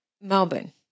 Melbourne